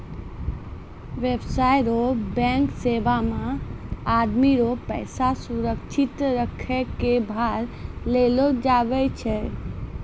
व्यवसाय रो बैंक सेवा मे आदमी रो पैसा सुरक्षित रखै कै भार लेलो जावै छै